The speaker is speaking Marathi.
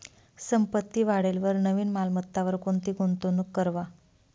संपत्ती वाढेलवर नवीन मालमत्तावर कोणती गुंतवणूक करवा